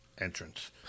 entrance